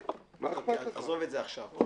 עזוב את זה עכשיו.